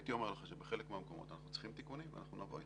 הייתי אומר לך שבחלק מהמקומות אנחנו צריכים תיקונים ואנחנו נבוא איתם.